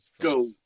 Go